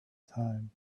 time